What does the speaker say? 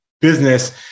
business